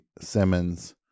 Simmons-